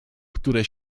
które